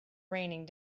raining